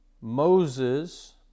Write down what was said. Moses